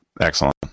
Excellent